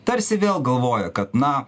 tarsi vėl galvoja kad na